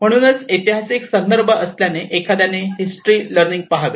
म्हणूनच ऐतिहासिक संदर्भ असल्याने एखाद्याने हिस्टरी लर्निंग पहावे